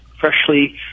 freshly